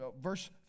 verse